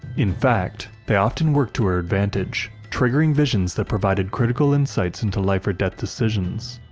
in fact, they often worked to her advantage, triggering visions that provided critical insights into life-or-death decisions.